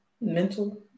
Mental